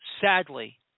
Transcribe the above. sadly